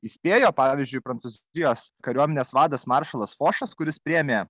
įspėjo pavyzdžiui prancūzijos kariuomenės vadas maršalas fošas kuris priėmė